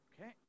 Okay